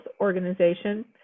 Organization